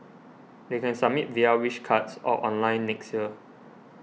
they can submit via Wish Cards or online next year